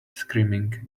screaming